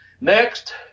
Next